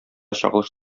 чагылыш